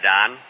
Don